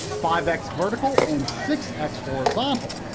five x vertical and six x horizontal.